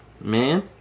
Man